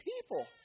people